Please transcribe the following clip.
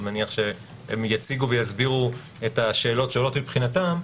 ואני מניח שהם יציגו ויסבירו את השאלות שעולות מבחינתם,